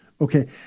Okay